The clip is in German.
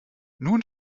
nun